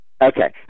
Okay